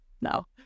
now